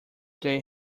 day